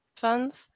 Funds